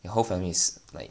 the whole families like